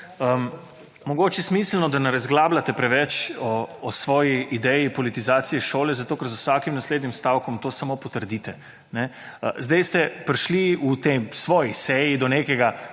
mogoče je smiselno, da ne razglabljate preveč o svoji ideji politizacije šole. Zato, ker z vsakim naslednjim stavkom to samo potrdite. Zdaj ste prišli v tej svoji seji do nekega